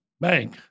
Bank